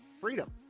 freedom